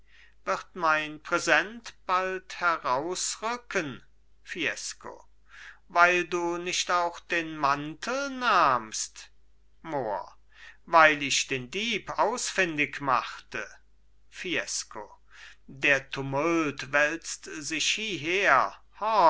wird mein präsent bald herausrücken fiesco weil du nicht auch den mantel nahmst mohr weil ich den dieb ausfündig machte fiesco der tumult wälzt sich hieher